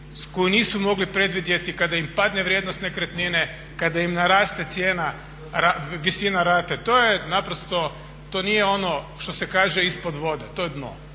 koju nisu mogli predvidjeti, kada im padne vrijednost nekretnine, kada im naraste cijena, visina rate, to je naprosto, to nije ono što se kaže ispod vode, to je dno.